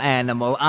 animal